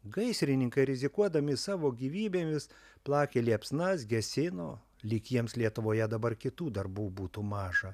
gaisrininkai rizikuodami savo gyvybėmis plakė liepsnas gesino lyg jiems lietuvoje dabar kitų darbų būtų maža